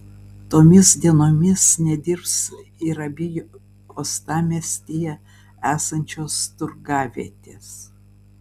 tomis dienomis nedirbs ir abi uostamiestyje esančios turgavietės